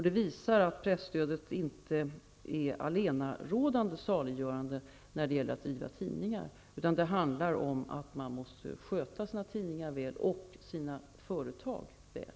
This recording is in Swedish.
Det visar att presstödet inte är det allenarådande saliggörande när det gäller att driva tidningar. Man måste sköta sina tidningar och företag väl.